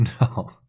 no